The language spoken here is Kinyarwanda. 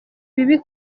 bibi